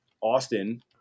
Austin